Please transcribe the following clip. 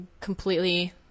completely